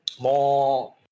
more